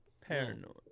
Paranoid